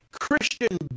Christian